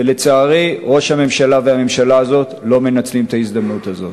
לצערי ראש הממשלה והממשלה הזאת לא מנצלים את ההזדמנות הזאת.